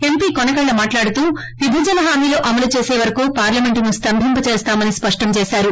MP కోనకళ్లి మాట్లాడుతూ విభజన హామీలు అమలు చేసే వరకు పార్లమెంట్ను స్తంభింపజేస్తామని స్పష్టం చేశారు